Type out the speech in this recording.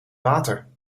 water